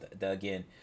again